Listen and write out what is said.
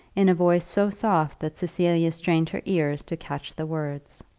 in a voice so soft that cecilia strained her ears to catch the words.